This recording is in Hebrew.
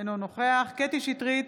אינו נוכח קטי קטרין שטרית,